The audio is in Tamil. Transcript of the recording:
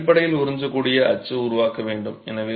நீங்கள் அடிப்படையில் உறிஞ்சக்கூடிய அச்சு உருவாக்க வேண்டும்